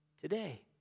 today